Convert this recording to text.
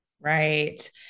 Right